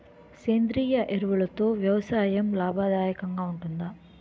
సేంద్రీయ ఎరువులతో వ్యవసాయం లాభదాయకమేనా?